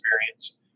experience